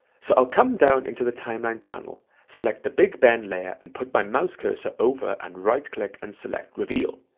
so i'll come down into the timeline panel select the big ben layer and put my mouse cursor over and right click and select reveal,